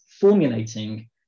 formulating